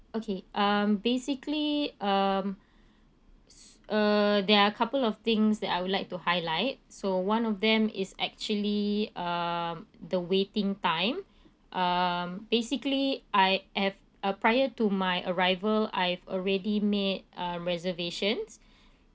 okay um basically um uh there are couple of things that I would like to highlight so one of them is actually uh the waiting time um basically I have uh prior to my arrival I've already made um reservations